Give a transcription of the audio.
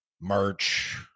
merch